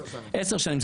עשר שנים.